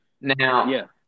Now